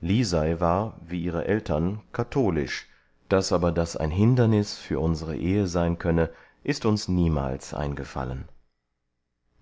lisei war wie ihre eltern katholisch daß aber das ein hindernis für unsere ehe sein könne ist uns niemals eingefallen